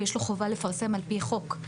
ויש לו חובה לפרסם על-פי חוק,